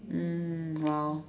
mm !wow!